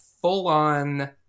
full-on